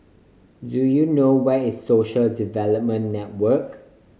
do you know where is Social Development Network